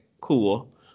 Cool